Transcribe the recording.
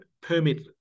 permit